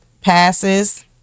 passes